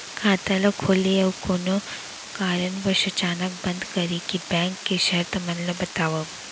खाता ला खोले अऊ कोनो कारनवश अचानक बंद करे के, बैंक के शर्त मन ला बतावव